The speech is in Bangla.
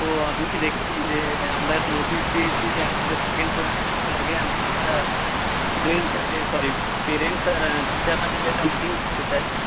তো আপনি কি দেখেছেন যে আমরা একটা নোটিশ দিয়েছি যে আমাদের সেকেন্ড ক্লাস টেস্টের আগে একটা স্টুডেন্ট সরি পেরেন্টস আর টিচাররা মিলে একটা মিটিং করতে চাই